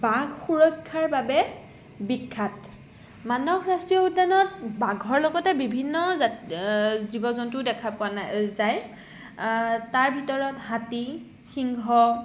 বাঘ সুৰক্ষাৰ বাবে বিখ্যাত মানাহ ৰাষ্ট্ৰীয় উদ্যানত বাঘৰ লগতে বিভিন্ন জীৱ জন্তুও দেখা পোৱা যায় তাৰ ভিতৰত হাতী সিংহ